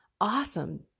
awesome